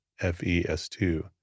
FES2